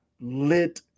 lit